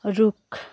रुख